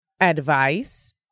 Advice